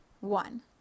one